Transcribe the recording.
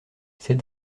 ces